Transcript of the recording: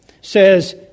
says